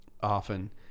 often